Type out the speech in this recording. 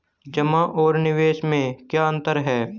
जमा और निवेश में क्या अंतर है?